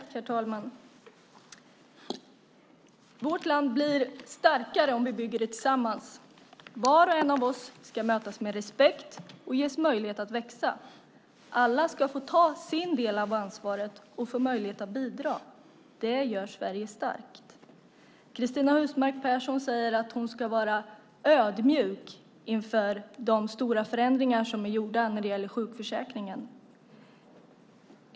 Herr talman! Vårt land blir starkare om vi bygger det tillsammans. Var och en av oss ska mötas med respekt och ges möjlighet att växa. Alla ska få ta sin del av ansvaret och få möjlighet att bidra. Det gör Sverige starkt. Cristina Husmark Pehrsson säger att hon ska vara ödmjuk inför de stora förändringar som är gjorda när det gäller sjukförsäkringen.